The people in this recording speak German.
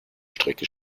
strecke